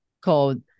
called